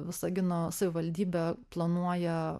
visagino savivaldybė planuoja